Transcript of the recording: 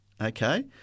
Okay